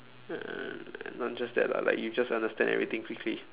uh not just that lah like you just understand everything quickly